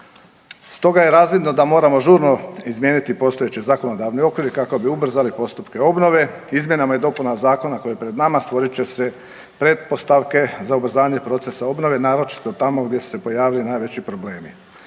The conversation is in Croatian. Stoga je razvidno da moramo žurno izmijeniti postojeći zakonodavni okvir kako bi ubrzali postupke obnove izmjenama i dopunama zakona koji je pred nama stvorit će se pretpostavke za ubrzanje procesa obnove naročito tamo gdje su se pojavili najveći problemi.